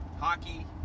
hockey